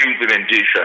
implementation